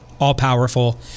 all-powerful